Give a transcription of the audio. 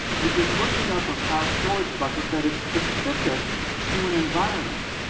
which is looking up a cloud storage bucket that is specific to an environment,